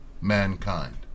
mankind